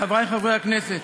חברי חברי הכנסת,